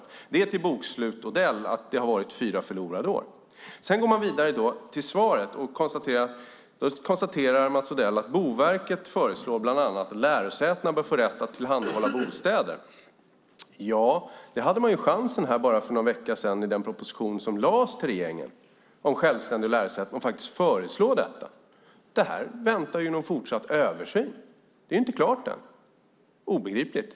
Det får föras till bokslut Odell att det har varit fyra förlorade år. Låt oss gå vidare till svaret. Mats Odell konstaterar där att Boverket bland annat föreslår att lärosätena bör få rätt att tillhandahålla bostäder. Man hade ju chansen för bara någon vecka sedan att föreslå detta i det förslag som lades fram till regeringen om självständiga lärosäten. Men detta väntar på fortsatt översyn; det är inte klart än. Det är obegripligt.